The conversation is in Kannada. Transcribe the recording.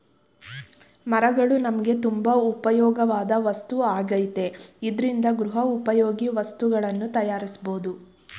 ಮರಗಳು ನಮ್ಗೆ ತುಂಬಾ ಉಪ್ಯೋಗವಾಧ್ ವಸ್ತು ಆಗೈತೆ ಇದ್ರಿಂದ ಗೃಹೋಪಯೋಗಿ ವಸ್ತುನ ತಯಾರ್ಸ್ಬೋದು